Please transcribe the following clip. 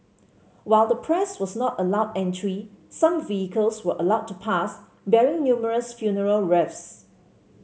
while the press was not allowed entry some vehicles were allowed to pass bearing numerous funeral wreaths